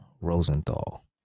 Rosenthal